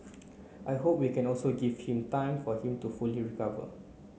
I hope we can also give him time for him to fully recover